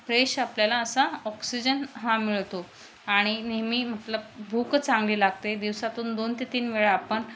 fresh आपल्याला असा oxygen हा मिळतो आणि नेहमी म्हटलं भूक चांगली लागते दिवसातून दोन ते तीन वेळा आपण